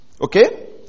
Okay